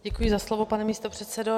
Děkuji za slovo, pane místopředsedo.